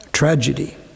tragedy